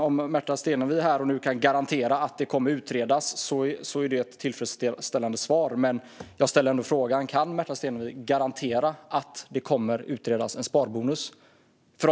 Om Märta Stenevi här och nu kan garantera att frågan ska utredas är det ett tillfredsställande svar. Jag ställer ändå frågan om Märta Stenevi kan garantera att en sparbonus kommer att utredas.